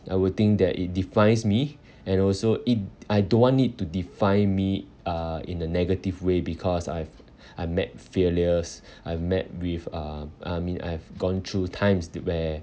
I would think that it defines me and also it I don't want it to define me uh in a negative way because I've I met failures I've met with um I mean I've gone through times where